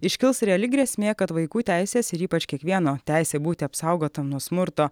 iškils reali grėsmė kad vaikų teisės ir ypač kiekvieno teisė būti apsaugotam nuo smurto